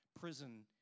Prison